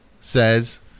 says